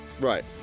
Right